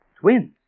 Twins